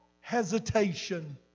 hesitation